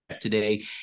today